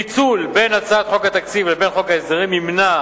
פיצול בין הצעת חוק התקציב לבין חוק ההסדרים ימנע